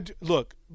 Look